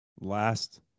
last